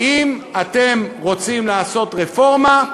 האם אתם רוצים לעשות רפורמה,